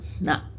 no